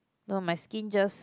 no my skin just